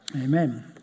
Amen